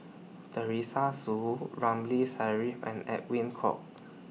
Teresa Hsu Ramli Sarip and Edwin Koek